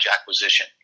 acquisition